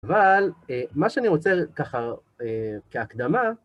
אבל מה שאני רוצה ככה, כהקדמה,